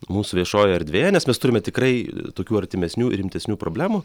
mūsų viešojoj erdvėje nes mes turime tikrai tokių artimesnių ir rimtesnių problemų